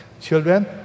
Children